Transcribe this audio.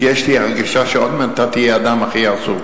כי יש לי הרגשה שעוד מעט אתה תהיה האדם הכי עסוק,